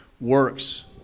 works